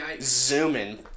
zooming